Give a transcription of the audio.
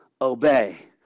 obey